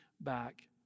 back